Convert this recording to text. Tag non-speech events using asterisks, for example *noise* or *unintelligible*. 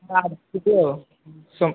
*unintelligible*